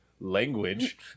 language